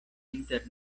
inter